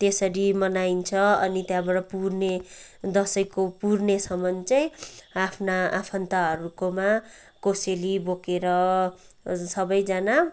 त्यसरी मनाइन्छ अनि त्यहाँबाट पुर्ने दसैँको पुर्नेसम्म चाहिँ आफ्ना आफन्तहरूकोमा कोसेली बोकेर सबैजना